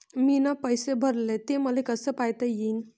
मीन पैसे भरले, ते मले कसे पायता येईन?